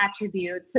attributes